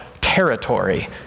territory